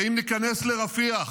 ואם ניכנס לרפיח